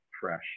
fresh